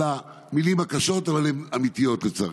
וסליחה על המילים הקשות, אבל הן אמיתיות, לצערי.